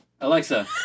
Alexa